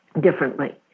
differently